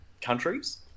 countries